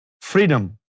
freedom